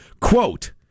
Quote